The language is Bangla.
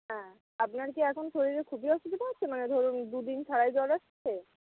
হ্যাঁ আপনার কি এখন শরীরে খুবই অসুবিধা হচ্ছে মানে ধরুন দু দিন ছাড়াই জ্বর আসছে